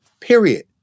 period